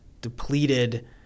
depleted